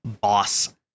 boss